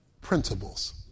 principles